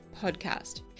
podcast